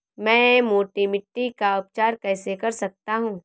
मैं मोटी मिट्टी का उपचार कैसे कर सकता हूँ?